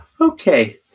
Okay